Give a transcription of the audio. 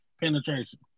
penetration